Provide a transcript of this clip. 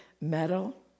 metal